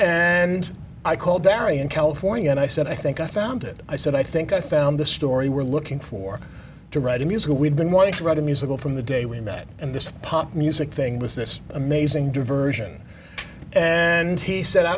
and i called barry in california and i said i think i found it i said i think i found the story we're looking for to write a musical we've been wanting to write a musical from the day we met and this pop music thing was this amazing diversion and he said i